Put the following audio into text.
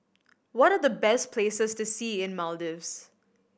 what are the best places to see in Maldives